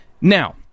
Now